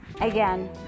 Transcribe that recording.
again